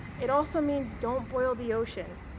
it also means don't boil the ocean,